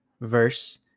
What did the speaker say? verse